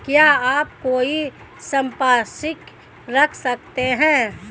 क्या आप कोई संपार्श्विक रख सकते हैं?